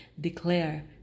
declare